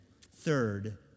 Third